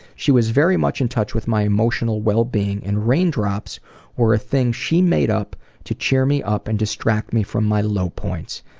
she was very much in touch with my emotional wellbeing. and raindrops were a thing she made up to cheer me up and distract me from my low points,